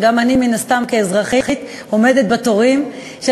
וגם אני מן הסתם כאזרחית עומדת בתורים של